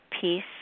peace